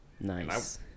Nice